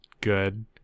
good